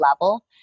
level